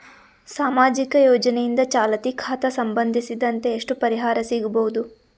ಸಾಮಾಜಿಕ ಯೋಜನೆಯಿಂದ ಚಾಲತಿ ಖಾತಾ ಸಂಬಂಧಿಸಿದಂತೆ ಎಷ್ಟು ಪರಿಹಾರ ಸಿಗಬಹುದು?